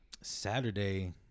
Saturday